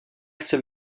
chce